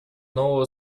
нового